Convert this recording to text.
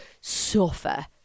suffer